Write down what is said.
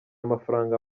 amafaranga